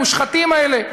המושחתים האלה.